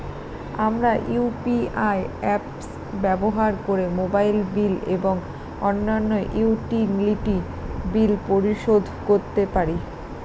আমরা UPI apps ব্যবহার করে মোবাইল বিল এবং অন্যান্য ইউটিলিটি বিল পরিশোধ করতে পারি